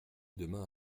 demain